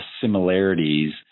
similarities